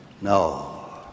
No